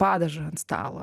padažą ant stalo